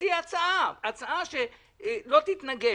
תציעי הצעה שלא תתנגש,